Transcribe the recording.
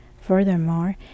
Furthermore